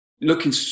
looking